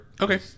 okay